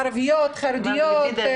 ערביות, חרדיות.